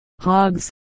hogs